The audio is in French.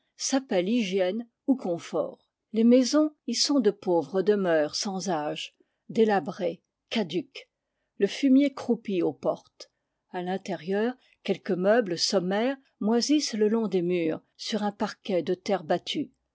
s'appelle hygiène ou confort les maisons y sont de pauvres demeures sans âge delabrées caduques le fumier croupit aux portes a l'intérieur quelques meubles sommaires moisissent le long des murs sur un parquet de terre battue